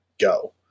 go